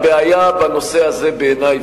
שהבעיה בנושא הזה בעיני,